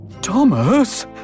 Thomas